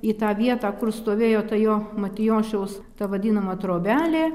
į tą vietą kur stovėjo ta jo matijošiaus ta vadinama trobelė